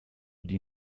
die